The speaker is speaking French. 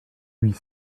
huit